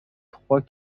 trois